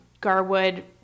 Garwood